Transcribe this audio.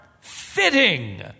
fitting